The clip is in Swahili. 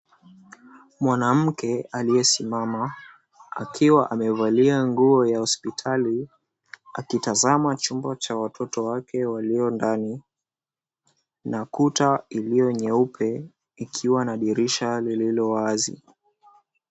Mwanamke aliyesimama akiwa amevalia nguo ya hospitali akitazama chumba cha watoto wake walio ndani na kuta iliyo nyeupe ikiwa na dirisha lililo wazi.